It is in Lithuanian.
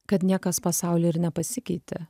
kad niekas pasauly ir nepasikeitė